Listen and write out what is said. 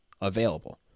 available